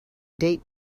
date